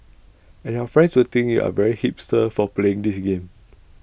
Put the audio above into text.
and your friends will think you are very hipster for playing this game